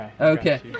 Okay